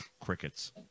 Crickets